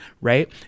right